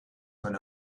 when